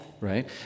Right